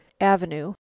avenue